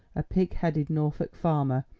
a pig-headed norfolk farmer,